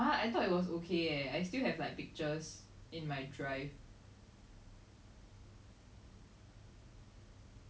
I send my boyfriend then I send like the money flying away then I send the fire emoji then I send the three droplets of water